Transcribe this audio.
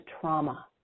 trauma